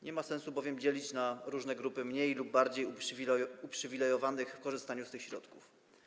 Nie ma sensu bowiem dzielić na różne grupy mniej lub bardziej uprzywilejowanych w korzystaniu z tych środków.